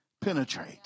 penetrate